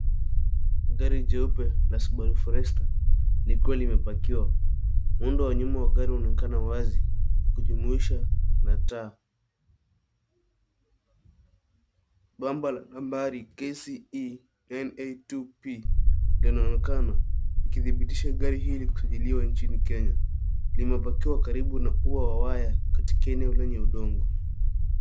Gari jeupe la Subaru forester likiwa limepakiwa .Muundo wa gari inaonekana wazi ukijumuisha na taa. Bamba la nambari KCE 982P inaonekana ikidhibitisha gari hii ilisajiliwa nchini. Imepakiwa karibu na waya katika. eneo lenye udongo.